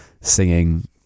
singing